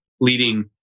leading